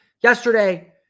Yesterday